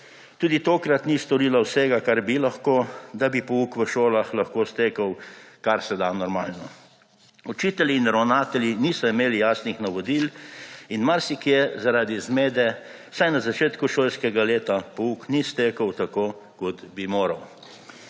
Tudi tokrat ni storila vsega, kar bi lahko, da bi pouk v šolah lahko stekel karseda normalno. Učitelji in ravnatelji niso imeli jasnih navodil in marsikje zaradi zmede vsaj na začetku šolskega leta pouk ni stekel tako, kot bi moral.